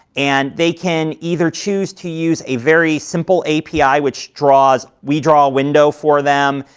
and they can either choose to use a very simple api, which draws we draw a window for them,